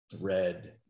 Red